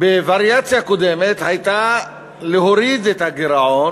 בווריאציה קודמת היו להוריד את הגירעון,